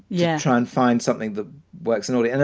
yeah. try and find something that works in order. and